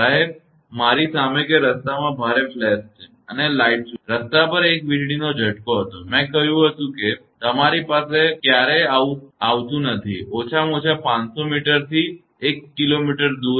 સાહેબ મારી સામે કે રસ્તામાં ભારે ફ્લેશ છે અને લાઈટ ફ્લેશ છે અને રસ્તા પર એક વીજળીનો ઝટકો હતો મેં કહ્યું કે તે તમારી સામે ક્યારેય આવતું નથી ઓછામાં ઓછા 500 મીટરથી 1 કિલોમીટર દૂર